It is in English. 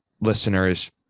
listeners